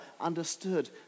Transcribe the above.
understood